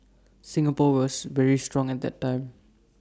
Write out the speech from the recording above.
Singapore was very strong at that time